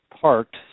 parked